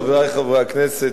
חברי חברי הכנסת,